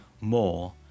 more